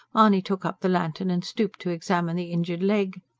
mahony took up the lantern and stooped to examine the injured leg.